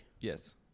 Yes